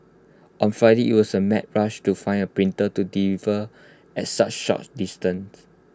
on Friday IT was A mad rush to find A printer to deliver at such short distance